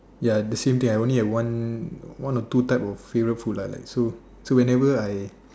ya the same thing I only have one one or two type of favourite food lah like so so whenever I